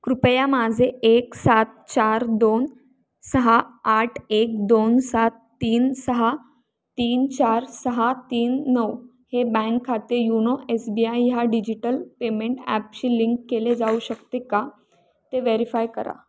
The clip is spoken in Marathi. कृपया माझे एक सात चार दोन सहा आठ एक दोन सात तीन सहा तीन चार सहा तीन नऊ हे बँक खाते युनो एस बी आय ह्या डिजिटल पेमेंट ॲपशी लिंक केले जाऊ शकते का ते व्हेरीफाय करा